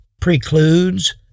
precludes